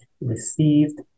received